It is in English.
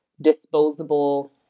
disposable